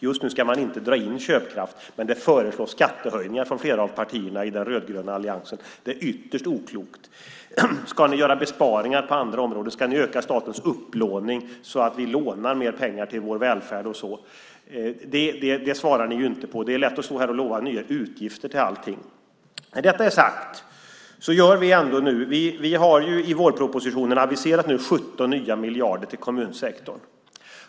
Just nu ska man inte dra in köpkraft, men det föreslås skattehöjningar från flera av partierna i den rödgröna alliansen. Det är ytterst oklokt. Ska ni göra besparingar på andra områden? Ska ni öka statens upplåning så att vi lånar mer pengar till vår välfärd? Det svarar ni inte på, men det är lätt att stå här och lova nya utgifter till allting. När detta är sagt har vi ändå i vårpropositionen aviserat 17 nya miljarder till kommunsektorn.